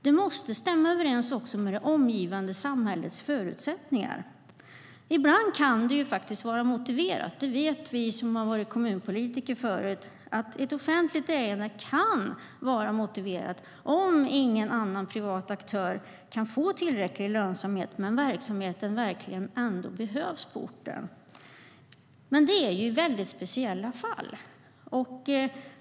Det måste också stämma överens med det omgivande samhällets förutsättningar. Ibland kan det vara motiverat - det vet vi som har varit kommunpolitiker tidigare - med ett offentligt ägande om ingen privat aktör kan få tillräcklig lönsamhet men verksamheten ändå verkligen behövs på orten, men det är i väldigt speciella fall.